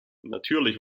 natürlich